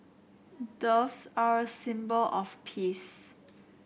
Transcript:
doves are a symbol of peace